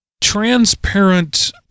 transparent